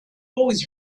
always